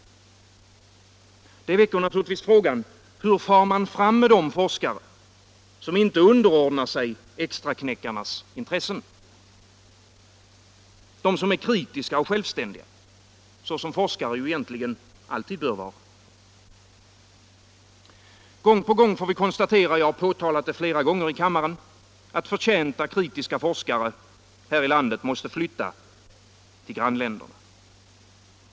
Det väcker natur Onsdagen den ligtvis frågan: Hur far man fram med de forskare som inte underordnar 19 november 1975 sig extraknäckarnas intressen, de som är kritiska och självständiga, så — som forskare egentligen alltid bör vara? Vissa forskningsfrå Gång på gång får vi konstatera — jag har påtalat det flera gånger i = gor kammaren -— att förtjänta kritiska forskare här i landet måste flytta till grannländerna.